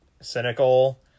cynical